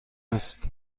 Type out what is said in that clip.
است